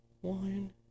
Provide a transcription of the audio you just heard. One